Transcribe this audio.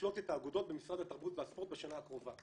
לקלוט את האגודות במשרד התרבות והספורט בשנה הקרובה.